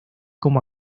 como